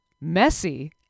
messy